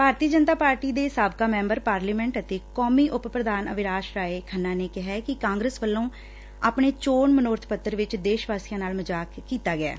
ਭਾਰਤੀ Janata party ਦੇ ਸਾਬਕਾ member parliament ਅਤੇ ਕੌਮੀ ਉਪ ਪ੍ਰਧਾਨ ਅਵਿਨਾਸ਼ ਰਾਏ ਖੰਨਾ ਨੇ ਕਿਹਾ ਕਿ ਕਾਂਗਰਸ ਵੱਲੋਂ ਆਪਣੇ ਚੋਣ ਮਨੋਰਬ ਪੱਤਰ ਚ ਦੇਸ਼ ਵਾਸੀਆਂ ਨਾਲ ਮਜ਼ਾਕ ਕੀਤਾ ਗਿਐ